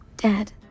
Dad